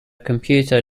computer